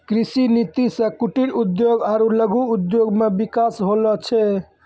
कृषि नीति से कुटिर उद्योग आरु लघु उद्योग मे बिकास होलो छै